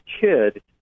kid